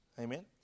Amen